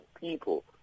people